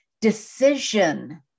decision